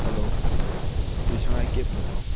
hello ꯁꯤ ꯁꯉꯥꯏ ꯀꯦꯞ ꯅꯠꯇ꯭ꯔꯣ